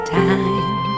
time